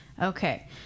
Okay